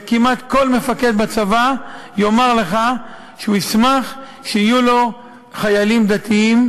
כמעט כל מפקד בצבא יאמר לך שהוא ישמח שיהיו לו חיילים דתיים,